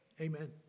amen